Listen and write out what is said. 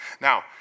Now